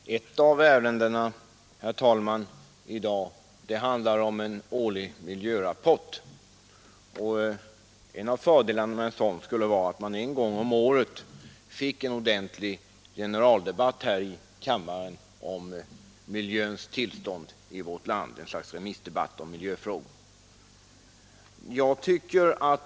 Herr talman! Ett av ärendena i dag handlar om en årlig miljörapport. En av fördelarna med en sådan skulle vara att man en gång om året fick en ordentlig generaldebatt här i kammaren om miljöns tillstånd i vårt land. Det skulle vara ett slags remissdebatt om miljöfrågor.